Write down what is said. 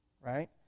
Right